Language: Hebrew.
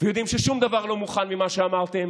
ויודעים ששום דבר לא מוכן ממה שאמרתם